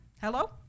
Hello